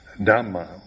Dhamma